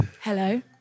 Hello